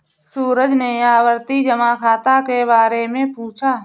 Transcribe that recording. सूरज ने आवर्ती जमा खाता के बारे में पूछा